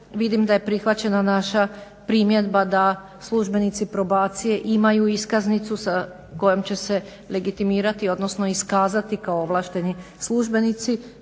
vidim da je prihvaćena naša primjena da službenici probacije imaju iskaznicu sa kojom će se legitimirati odnosno iskazati kao ovlašteni službenici,